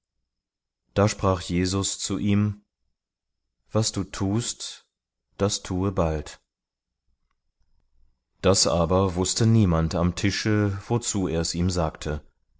da sprach jesus zu ihm was du tust das tue bald das aber wußte niemand am tische wozu er's ihm sagte